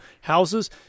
houses